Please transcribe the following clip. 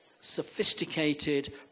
sophisticated